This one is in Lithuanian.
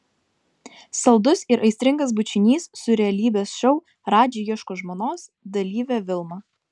saldus ir aistringas bučinys su realybės šou radži ieško žmonos dalyve vilma